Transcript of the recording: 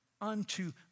unto